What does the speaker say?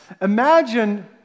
Imagine